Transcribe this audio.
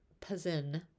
Pazin